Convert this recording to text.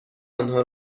آنها